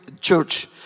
church